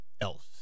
else